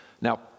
Now